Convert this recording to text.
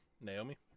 Naomi